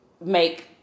make